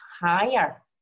higher